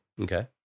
okay